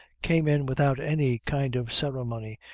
came in without any kind of ceremony,